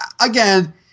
Again